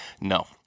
No